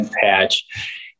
Patch